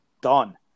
done